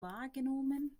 wahrgenommen